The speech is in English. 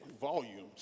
volumes